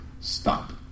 stop